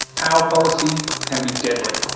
power policy can be deadly.